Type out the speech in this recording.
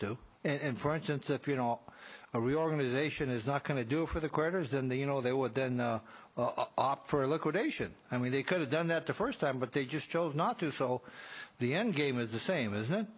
to and for instance if you know a reorganization is not going to do for the quitters then the you know they would then the op for a liquid ation i mean they could have done that the first time but they just chose not to so the end game is the same